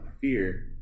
fear